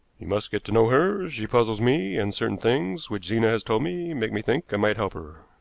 you must get to know her. she puzzles me, and certain things which zena has told me make me think i might help her.